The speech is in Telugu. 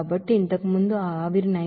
కాబట్టి ఇంతకు ముందు ఆ ఆవిరి 90